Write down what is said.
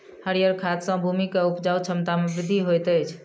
हरीयर खाद सॅ भूमि के उपजाऊ क्षमता में वृद्धि होइत अछि